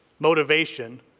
Motivation